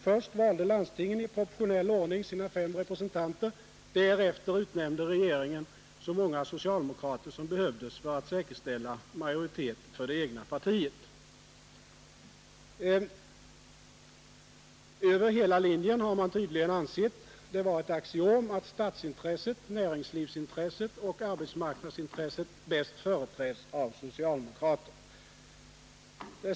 Först valde landstingen i proportionell ordning sina fem representanter, därefter utnämnde regeringen så många socialdemokrater som behövdes för att säkerställa majoritet för det egna partiet. Över hela linjen har man tydligen ansett det vara ett axiom att statsintresset, näringslivsintresset och arbetsmarknadsintresset bäst företräds av socialdemokrater.